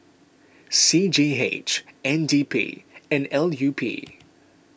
C G H N D P and L U P